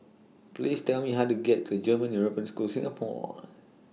Please Tell Me How to get to German European School Singapore